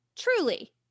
Truly